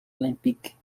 olympiques